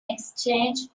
exchange